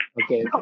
okay